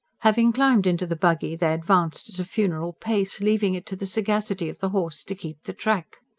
having climbed into the buggy they advanced at a funeral pace, leaving it to the sagacity of the horse to keep the track.